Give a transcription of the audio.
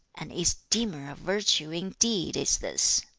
an esteemer of virtue indeed is this